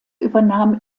übernahm